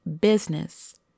business